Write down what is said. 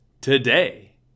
today